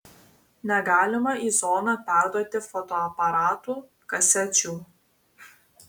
negalima į zoną perduoti fotoaparatų kasečių